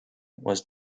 was